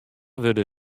wurde